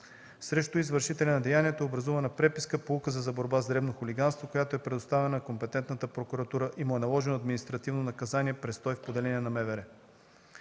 Срещу извършителя на деянието е образувана преписка по Указа за борба с дребно хулиганство, която е предоставена на компетентната прокуратура и му е наложено административно наказание – престой в поделение на МВР.